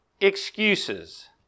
Excuses